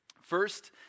First